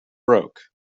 broke